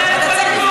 תודה, חברת הכנסת.